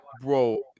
bro